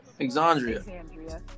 Exandria